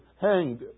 hanged